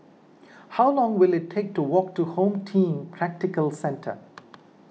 how long will it take to walk to Home Team Tactical Centre